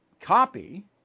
copy